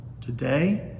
today